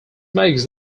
makes